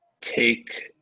take